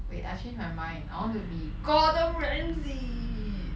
wait I change my mind I want to be Gordon Ramsay